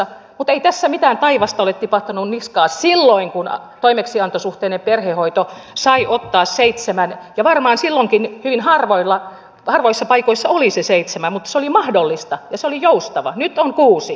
mutta ei tässä mitään taivasta ole tipahtanut niskaan silloin kun toimeksiantosuhteinen perhehoito sai ottaa seitsemän ja varmaankin silloinkin hyvin harvoissa paikoissa oli se seitsemän mutta se mahdollista ja se oli joustava